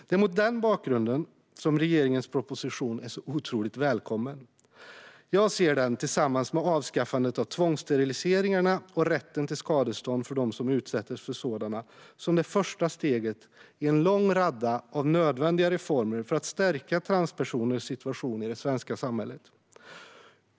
Det är mot den bakgrunden som regeringens proposition är så otroligt välkommen. Jag ser den, tillsammans med avskaffandet av tvångssteriliseringarna och rätten till skadestånd för dem som utsattes för sådana, som det första steget i en lång radda av nödvändiga reformer för att stärka transpersoners situation i det svenska samhället.